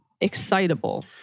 excitable